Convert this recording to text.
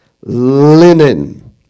linen